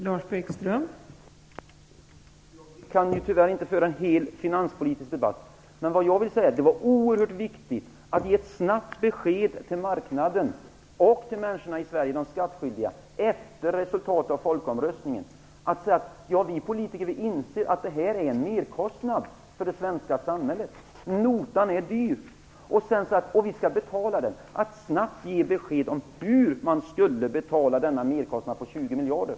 Fru talman! Vi kan tyvärr inte föra en hel finanspolitisk debatt, men jag vill säga att det var oerhört viktigt att efter folkomröstningen ge ett snabbt besked till marknaden och till de skattskyldiga människorna i Sverige, innebärande att vi politiker inser att det här är fråga om en merkostnad för det svenska samhället. Notan är dyr och skall betalas, och vi måste därför snabbt ge besked om hur vi skall betala denna merkostnad om 20 miljarder.